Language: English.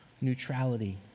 neutrality